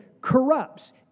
corrupts